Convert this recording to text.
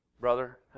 brother